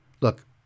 Look